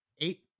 eight